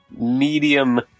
medium